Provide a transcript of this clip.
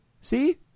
See